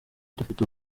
dufite